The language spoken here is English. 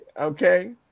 Okay